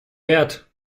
wert